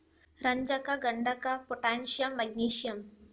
ರಂಜಕ ಗಂಧಕ potassium magnesium